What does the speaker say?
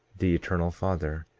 the eternal father,